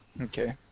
Okay